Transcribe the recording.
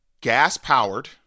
gas-powered